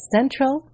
Central